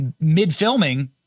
mid-filming